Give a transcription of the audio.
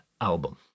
album